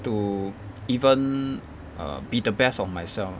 to even err be the best of myself